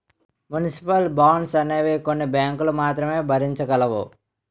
municipal bonds అనేవి కొన్ని బ్యాంకులు మాత్రమే భరించగలవు